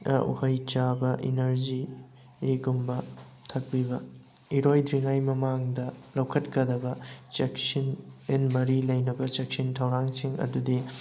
ꯎꯍꯩ ꯆꯥꯕ ꯏꯅꯔꯖꯤ ꯃꯍꯤꯒꯨꯝꯕ ꯊꯛꯄꯤꯕ ꯏꯔꯣꯏꯗ꯭ꯔꯤꯉꯩ ꯃꯃꯥꯡꯗ ꯂꯧꯈꯠꯀꯗꯕ ꯆꯦꯛꯁꯤꯟ ꯑꯦꯟ ꯃꯔꯤ ꯂꯩꯅꯕ ꯆꯦꯛꯁꯤꯟ ꯊꯧꯔꯥꯡꯁꯤꯡ ꯑꯗꯨꯗꯤ